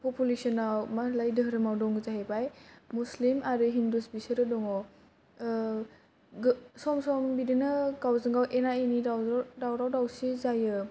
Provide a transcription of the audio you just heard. पपुलेसनआव मा होनोमोनलाय दोहोरोम आव दं जाहैबाय मुस्लिम आरो हिन्दु बिसोरो दङ सम सम बिदिनो गाव जों गाव एना एनि दावराव दावसि जायो